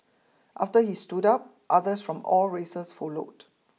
after he stood up others from all races followed